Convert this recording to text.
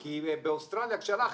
כי באוסטרליה כשהלכתי,